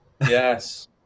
yes